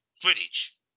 footage